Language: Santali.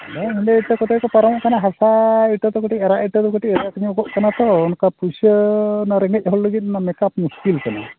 ᱦᱟᱱᱮ ᱦᱮᱸᱫᱮ ᱤᱴᱟᱹ ᱠᱚᱛᱮ ᱠᱚ ᱯᱟᱨᱚᱢᱚᱜ ᱠᱟᱱᱟ ᱦᱟᱥᱟ ᱤᱴᱟᱹ ᱟᱨᱟᱜ ᱤᱴᱟᱹ ᱫᱚ ᱠᱟᱹᱴᱤᱡ ᱟᱨᱟᱜ ᱤᱴᱟᱹ ᱫᱚ ᱠᱟᱹᱴᱤᱡ ᱨᱮᱹᱴ ᱧᱚᱜᱚᱜ ᱠᱟᱱᱟ ᱛᱚ ᱚᱱᱠᱟ ᱯᱩᱭᱥᱟᱹ ᱚᱱᱟ ᱨᱮᱸᱜᱮᱡ ᱦᱚᱲ ᱞᱟᱹᱜᱤᱫ ᱢᱟᱱᱮ ᱢᱮᱠᱟᱯ ᱢᱩᱥᱠᱤᱞ ᱠᱟᱱᱟ